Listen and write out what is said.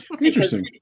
Interesting